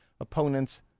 opponents